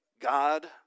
God